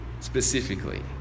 specifically